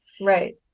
right